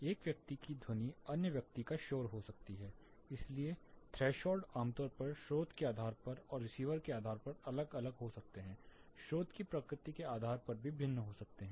एक व्यक्ति की ध्वनि अन्य व्यक्ति का शोर हो सकती है इसलिए थ्रेशोल्ड आमतौर पर स्रोत के आधार पर और रिसीवर के आधार परअलग अलग हो सकता है स्रोत की प्रकृति के आधार पर भी भिन्न हो सकता है